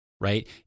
right